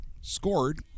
scored